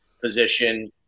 position